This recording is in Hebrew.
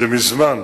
זה מזמן,